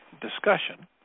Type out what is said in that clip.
discussion